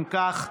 אם כך,